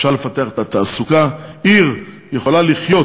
אפשר לפתח את התעסוקה, עיר יכולה לחיות